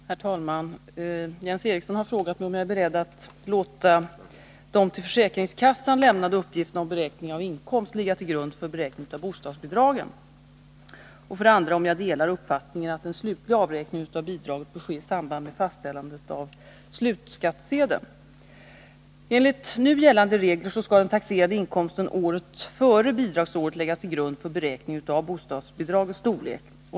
Herr talman! Jens Eriksson har frågat mig 1:-om jag är beredd att låta de till försäkringskassan lämnade uppgifterna om beräknad inkomst ligga till grund för beräkning av bostadsbidragen, 2. om jag delar uppfattningen att en slutlig avräkning av bidraget bör ske i samband med fastställandet av slutskattesedeln. Enligt nu gällande regler skall den taxerade inkomsten året före bidragsåret läggas till grund för beräkning av bostadsbidragets storlek.